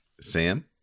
Sam